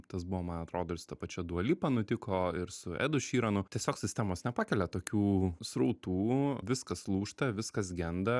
tas buvo man atrodo ir su ta pačia dua lipa nutiko ir su edu šyranutiesiog sistemos nepakelia tokių srautų viskas lūžta viskas genda